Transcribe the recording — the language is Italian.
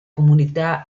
comunità